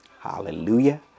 Hallelujah